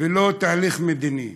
ולא תהליך מדיני.